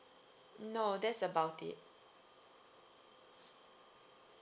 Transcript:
no that's about it